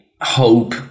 Hope